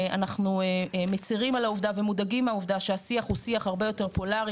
אנחנו מצרים על העובדה ומודאגים מהעובדה שהשיח הוא שיח הרבה יותר פולרי,